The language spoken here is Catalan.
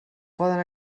poden